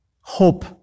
hope